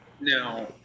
now